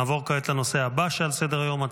נעבור כעת לנושא הבא שעל סדר-היום,